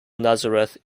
nazareth